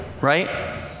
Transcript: Right